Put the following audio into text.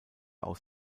aus